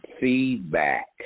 Feedback